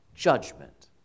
judgment